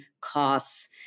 costs